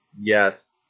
yes